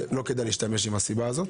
ולא כדאי להשתמש בסיבה זו.